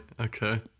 Okay